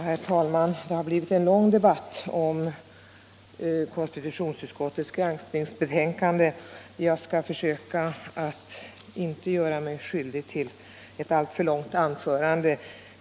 Herr talman! Det har blivit en ganska lång debatt om konstitutionsutskottets granskningsbetänkande, och jag skall försöka att inte göra mig skyldig till ett alltför långt anförande.